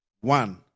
One